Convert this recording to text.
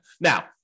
Now